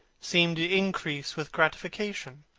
seemed to increase with gratification.